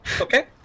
Okay